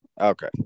Okay